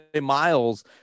miles